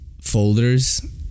folders